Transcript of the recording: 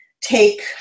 take